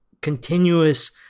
continuous